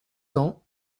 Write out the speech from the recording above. cents